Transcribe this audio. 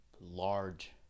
large